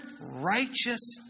righteous